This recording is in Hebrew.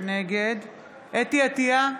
נגד חוה אתי עטייה,